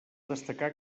destacar